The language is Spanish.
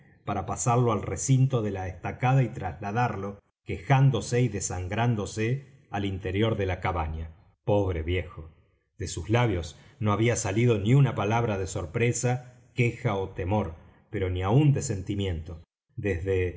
para pasarlo al recinto de la estacada y trasladarlo quejándose y desangrándose al interior de la cabaña pobre viejo de sus labios no había salido ni una palabra de sorpresa queja ó temor pero ni aun de sentimiento desde